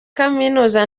kaminuza